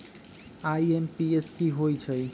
IMPS की होईछइ?